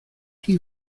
chi